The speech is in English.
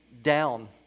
down